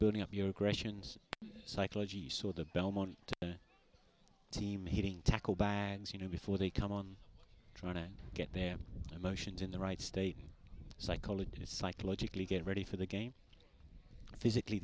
building up your aggressions psychology so the belmont team hitting tackle bags you know before they come on try to get their emotions in the right state psychologist psychologically get ready for the game physically